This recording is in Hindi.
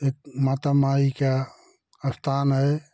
एक माता माई का स्थान है